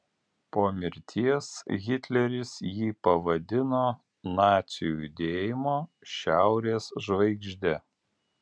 po mirties hitleris jį pavadino nacių judėjimo šiaurės žvaigžde